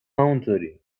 همونطوریم